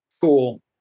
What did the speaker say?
Cool